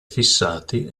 fissati